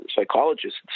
psychologists